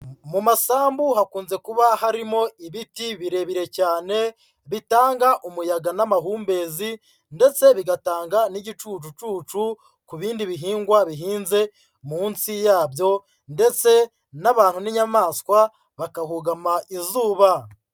Mu masambu hakunze kuba harimo ibiti birebire cyane bitanga umuyaga n'amahumbezi ndetse bigatanga n'igicucucucu ku bindi bihingwa bihinze munsi yabyo ndetse n'abantu n'inyamaswa bakahugama izuba.